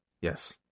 Yes